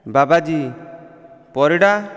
Babaji Parida